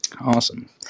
Awesome